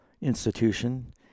institution